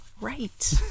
right